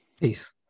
Peace